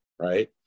right